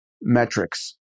metrics